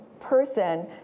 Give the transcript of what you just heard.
person